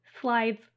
slides